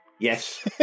yes